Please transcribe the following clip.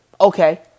okay